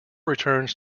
returns